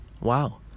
Wow